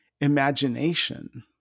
imagination